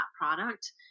product